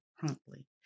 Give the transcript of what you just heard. promptly